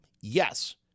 yes